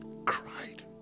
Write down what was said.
cried